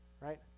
right